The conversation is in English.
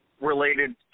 related